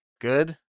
Good